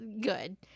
good